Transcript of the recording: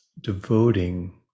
devoting